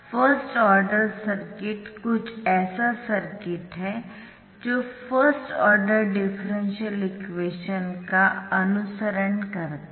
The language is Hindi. फर्स्ट ऑर्डर सर्किट कुछ ऐसा सर्किट है जो फर्स्ट ऑर्डर डिफरेंशियल इक्वेशन का अनुसरण करता है